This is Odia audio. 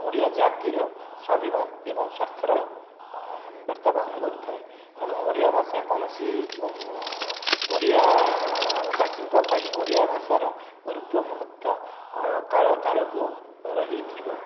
ଓଡ଼ିଆ ଜାତିର ସ୍ୱାଭିମାନ ଏବଂ ସ୍ୱାର୍ଥର ବାର୍ତ୍ତା ବହନ କରୁଥାଏ ତେଣୁ ଓଡ଼ିଆଭାଷା କୌଣସି ଓଡ଼ିଆ ବାସୀଙ୍କ ପାଇଁ ଓଡ଼ିଆଭାଷାର ଗୁରୁତ୍ତ୍ୱ ମହତ୍ତ୍ୱ ଓ କାଳ କାଳକୁ ରହିଥିବ